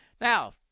Now